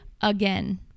again